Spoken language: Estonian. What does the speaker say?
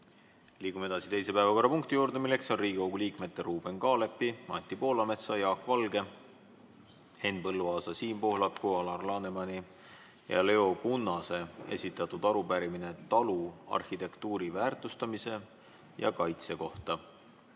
Liigume edasi teise päevakorrapunkti juurde. Riigikogu liikmete Ruuben Kaalepi, Anti Poolametsa, Jaak Valge, Henn Põlluaasa, Siim Pohlaku, Alar Lanemani ja Leo Kunnase esitatud arupärimine taluarhitektuuri väärtustamise ja kaitse kohta.